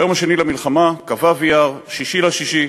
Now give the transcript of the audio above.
ביום השני למלחמה, כ"ו באייר, 6 ביוני,